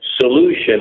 solution